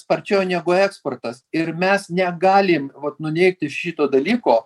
sparčiau negu eksportas ir mes negalim nuneigti šito dalyko